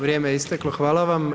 Vrijeme je isteklo, hvala vam.